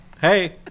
hey